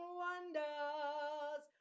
wonders